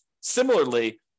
Similarly